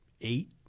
eight